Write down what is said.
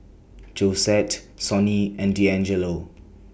Josette Sonny and Deangelo